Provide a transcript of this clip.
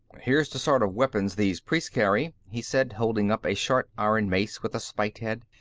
here's the sort of weapons these priests carry, he said, holding up a short iron mace with a spiked head.